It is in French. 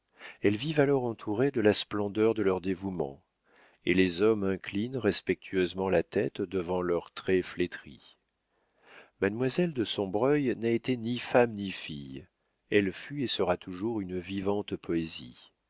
elles vivent alors entourées de la splendeur de leur dévouement et les hommes inclinent respectueusement la tête devant leurs traits flétris mademoiselle de sombreuil n'a été ni femme ni fille elle fut et sera toujours une vivante poésie